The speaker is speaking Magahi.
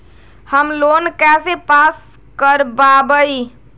होम लोन कैसे पास कर बाबई?